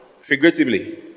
Figuratively